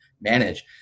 manage